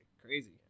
Crazy